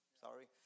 Sorry